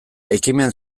ekimen